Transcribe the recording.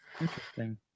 Interesting